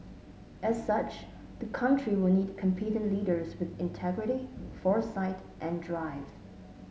as such the country will need competent leaders with integrity foresight and drive